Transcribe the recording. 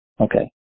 Okay